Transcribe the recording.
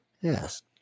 yes